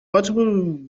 multiple